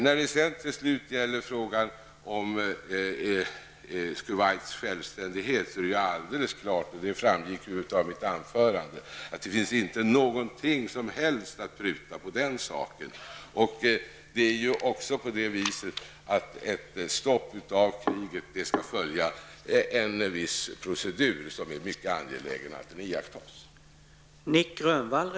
När det till slut gäller frågan om Kuwaits självständighet framgick det alldeles klart av mitt anförande att det inte finns någonting alls att pruta på i det avseendet. Ett stopp på kriget skall följa en viss procedur, som det är angeläget att man iakttar.